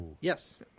Yes